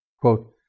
Quote